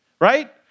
right